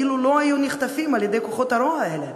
אילו לא היו נחטפים על-ידי כוחות הרוע האלה,